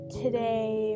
today